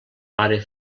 pare